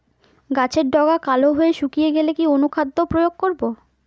গাছের ডগা কালো হয়ে শুকিয়ে গেলে কি অনুখাদ্য প্রয়োগ করব?